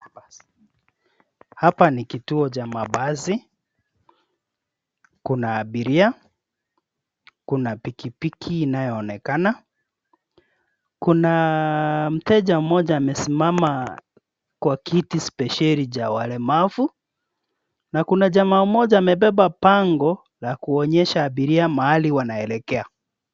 Hapa ni kituo cha mabasi. Kuna abiria, kuna pikipiki inayoonekana. Kuna mteja mmoja amesimama kwa kiti spesheli cha walemavu na kuna jamaa mmoja amebeba bango la kuonyesha abiria mahali wanakoelekea.